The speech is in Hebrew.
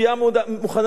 מוכנה" תודה.